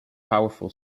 powerful